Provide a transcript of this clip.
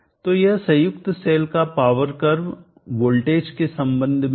तो यह संयुक्त सेल का पावर कर्व वोल्टेज के संबंध में है